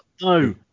no